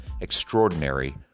extraordinary